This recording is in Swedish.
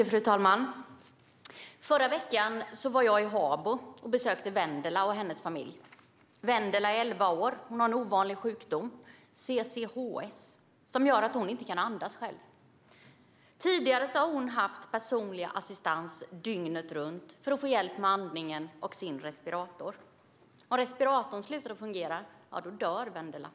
Fru talman! Förra veckan var jag i Habo och besökte Wendela och hennes familj. Wendela är elva år och har en ovanlig sjukdom, CCHS, som gör att hon inte kan andas själv. Tidigare har hon haft personlig assistans dygnet runt för att få hjälp med andningen och sin respirator. Om respiratorn slutar fungera dör Wendela.